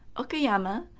okayama,